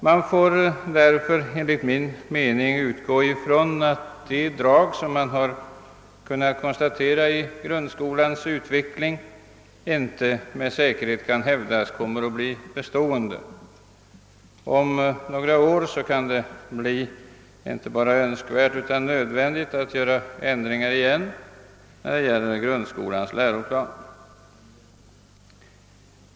Man får därför enligt min mening utgå från att de drag som har kunnat konstateras i grundskolans utveckling inte med säkerhet kommer att bli bestående. Om några år kan det vara inte bara önskvärt utan nödvändigt att återigen göra ändringar i grundskolans läroplan.